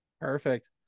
Perfect